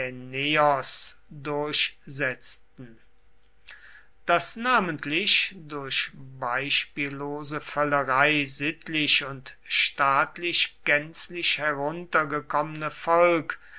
durchsetzten das namentlich durch beispiellose völlerei sittlich und staatlich gänzlich heruntergekommene volk